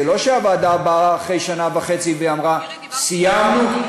זה לא שהוועדה באה אחרי שנה וחצי ואמרה: סיימנו,